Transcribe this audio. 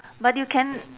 but you can